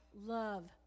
love